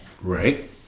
Right